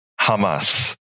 Hamas